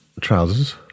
trousers